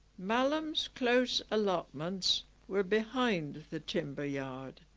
mallam's close allotments were behind the timber yard